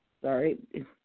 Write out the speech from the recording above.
sorry